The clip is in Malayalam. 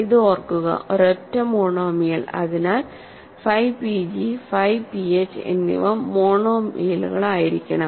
ഇത് ഓർക്കുക ഒരൊറ്റ മോണോമിയൽ അതിനാൽ ഫൈ pg ഫൈ ph എന്നിവ മോണോമിയലുകളായിരിക്കണം